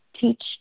teach